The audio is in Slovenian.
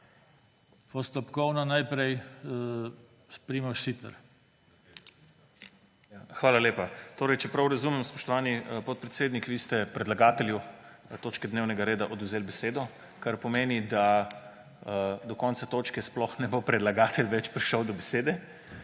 **PRIMOŽ SITER (PS Levica):** Hvala lepa. Torej če prav razumem, spoštovani podpredsednik, vi ste predlagatelju točke dnevnega reda odvzeli besedo, kar pomeni, da do konca točke sploh ne bo predlagatelj več prišel do besede,